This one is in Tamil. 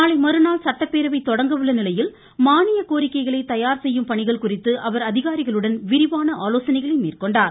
நாளைமறுநாள் சட்டப்பேரவை தொடங்கஉள்ள நிலையில் மானியக் கோரிக்கைகளை தயார் செய்யும் பணிகள் குறித்து அவர் அதிகாரிகளுடன் விரிவான ஆலோசனைகளை மேற்கொண்டார்